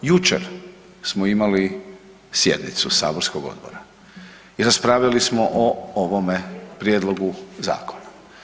Jučer smo imali sjednicu saborskog odbora i raspravljali smo o ovome prijedlogu zakona.